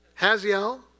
Haziel